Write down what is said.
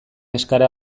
eskaera